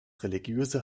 religiöse